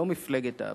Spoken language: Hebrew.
לא "מפלגת העבודה".